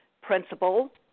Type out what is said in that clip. Principal